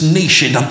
nation